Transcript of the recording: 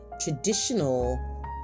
traditional